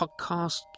podcast